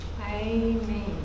Amen